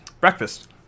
Breakfast